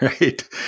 Right